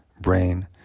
brain